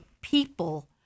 people